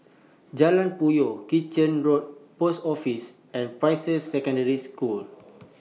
Jalan Puyoh Kitchener Road Post Office and Peirce Secondary School